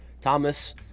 Thomas